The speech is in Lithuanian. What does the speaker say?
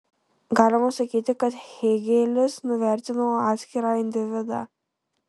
galima sakyti kad hėgelis nuvertino atskirą individą